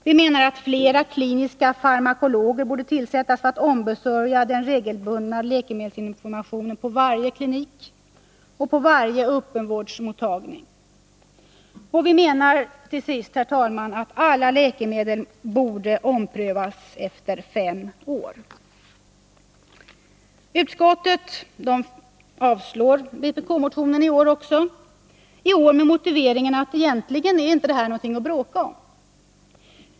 Vi menar att fler kliniska farmakologer borde tillsättas för att ombesörja den regelbundna läkemedelsinformationen på varje sjukhusklinik och på varje öppenvårdsmottagning. Vi menar slutligen, herr talman, att alla läkemedel borde omprövas efter fem år. Utskottet avstyrker vpk-motionen också i år, denna gång med motiveringenatt detta egentligen inte är någonting att bråka om.